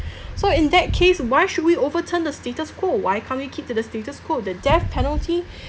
so in that case why should we overturn the status quo why can't we keep to the status quo the death penalty